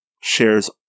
shares